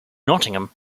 nottingham